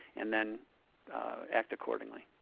and then act accordingly.